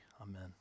Amen